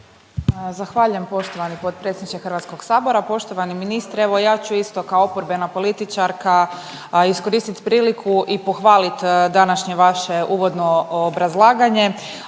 Zahvaljujem poštovani potpredsjedniče Hrvatskog sabora. Poštovani ministre, evo ja ću isto kao oporbena političarka iskoristiti priliku i pohvaliti današnje vaše uvodno obrazlaganje